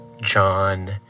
John